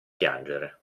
piangere